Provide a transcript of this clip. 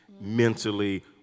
mentally